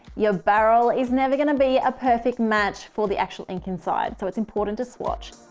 your barrel is never going to be a perfect match for the actual ink inside. so it's important to swatch.